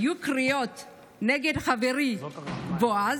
והיו קריאות נגד חברי בועז.